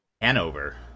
Hanover